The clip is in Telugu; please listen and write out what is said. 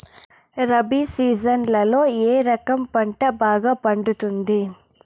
రబి సీజన్లలో ఏ రకం పంట బాగా పండుతుంది